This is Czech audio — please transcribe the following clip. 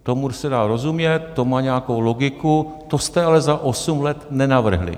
Tomu se dá rozumět, to má nějakou logiku, to jste ale za 8 let nenavrhli.